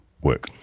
work